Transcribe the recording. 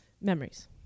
Memories